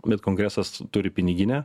bet kongresas turi piniginę